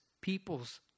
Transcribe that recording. people's